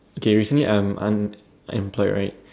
okay recently I'm unemployed right